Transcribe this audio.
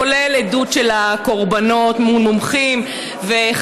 כולל עדות של הקורבנות מול מומחים וחקירה